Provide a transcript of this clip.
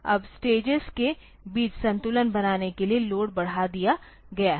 अब स्टेजेस के बीच संतुलन बनाने के लिए लोड बढ़ा दिया गया है